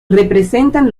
representan